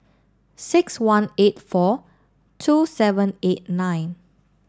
six one eight four two seven eight nine